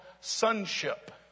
sonship